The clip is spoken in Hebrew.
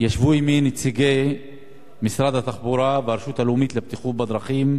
ישבו עמי נציגי משרד התחבורה והרשות הלאומית לבטיחות בדרכים